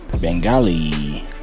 Bengali